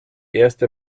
erste